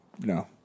no